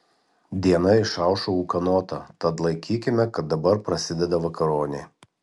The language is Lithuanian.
diena išaušo ūkanota tad laikykime kad dabar prasideda vakaronė